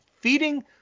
feeding